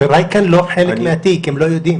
חבריי כאן לא חלק מהתיק, הם לא יודעים.